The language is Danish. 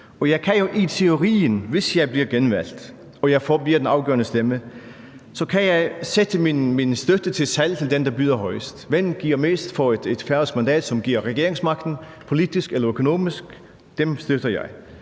Og jeg kan jo i teorien, hvis jeg bliver genvalgt og jeg bliver den afgørende stemme, sætte min støtte til salg til den, der byder højest – den, der giver mest for et færøsk mandat, som giver regeringsmagten, politisk eller økonomisk, støtter jeg.